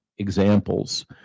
examples